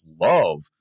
love